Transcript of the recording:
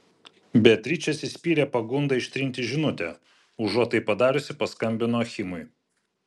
beatričė atsispyrė pagundai ištrinti žinutę užuot tai padariusi paskambino achimui